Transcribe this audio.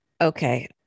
okay